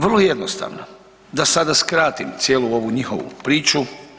Vrlo jednostavno da sada skratim cijelu ovu njihovu priču.